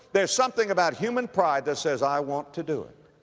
there's something about human pride that says, i want to do it.